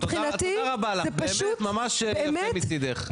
תודה רבה לך, באמת ממש יפה מצידך.